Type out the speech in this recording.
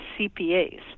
CPAs